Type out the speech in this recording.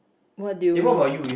what do you mean